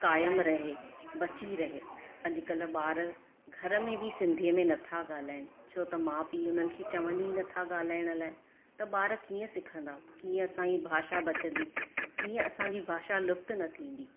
क़ाइमु रहे बची रहे अॼुकल्ह ॿार घर में बि सिंधीअ में न था ॻाल्हाइनि छो त माउ पीउ उन्हनि खे चवनि ई न था ॻाल्हाइण लाइ त ॿार कीअं सिखंदा कीअं असांजी भाषा बचंदी कीअं असांजी भाषा लुप्तु न थींदी